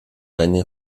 eine